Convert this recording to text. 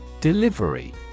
Delivery